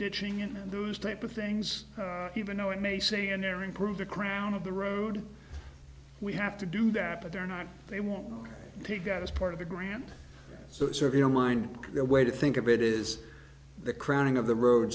ditching and those type of things even though it may say unerring prove the crown of the road we have to do that but they're not they won't take that as part of the grant so serve your mind the way to think of it is the crowning of the road